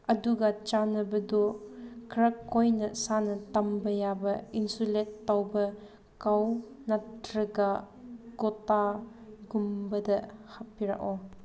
ꯑꯗꯨꯒ ꯆꯥꯅꯕꯗꯣ ꯈꯔ ꯀꯨꯏꯅ ꯁꯥꯡꯅ ꯊꯝꯕ ꯌꯥꯕ ꯏꯟꯁꯨꯂꯦꯠ ꯇꯧꯕ ꯅꯠꯇ꯭ꯔꯒ ꯀꯧꯇꯥꯒꯨꯝꯕꯗ ꯍꯥꯞꯄꯤꯔꯛꯑꯣ